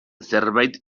zerbait